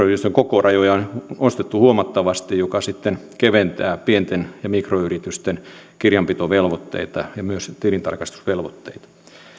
kokorajoja on nostettu huomattavasti mikä sitten keventää pien ja mikroyritysten kirjanpitovelvoitteita ja myös tilintarkastusvelvoitteita